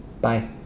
Bye